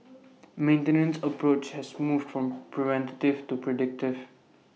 maintenance approach has moved from preventative to predictive